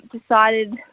decided